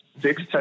six